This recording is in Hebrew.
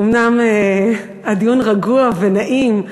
אומנם הדיון רגוע ונעים,